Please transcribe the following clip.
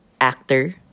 actor